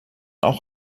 auch